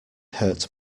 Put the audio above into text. hurt